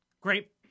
Great